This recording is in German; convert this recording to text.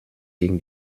gegen